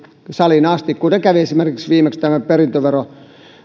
saliin asti kuten esimerkiksi kävi viimeksi perintöveron